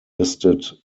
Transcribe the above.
listed